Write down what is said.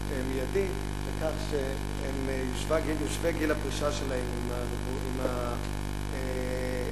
מיידי לכך שיושווה גיל הפרישה שלהן עם הגברים.